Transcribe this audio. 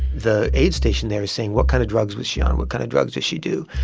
the aid station there is saying, what kind of drugs was she on? what kind of drugs does she do?